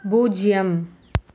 பூஜ்ஜியம்